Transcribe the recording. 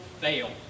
fail